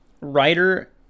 writer